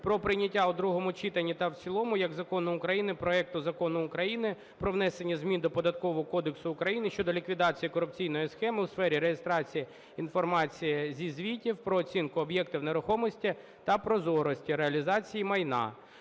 про прийняття в другому читанні та в цілому як Закону України проекту Закону України "Про внесення змін до Податкового кодексу України щодо ліквідації корупційної схеми в сфері реєстрації інформації зі звітів про оцінку об'єктів нерухомості та прозорості реалізації майна"